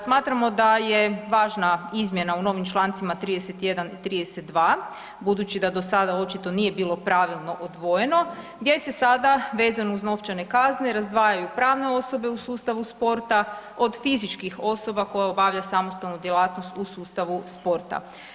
Smatramo da je važna izmjena u novim člancima 31.i 32., budući da do sada očito nije bilo pravilno odvojeno gdje se sada vezano uz novčane kazne razdvajaju pravne osobe u sustavu sporta od fizičkih osoba koje obavljaju samostalnu djelatnost u sustavu sporta.